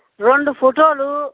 రెండు ఫొటోలు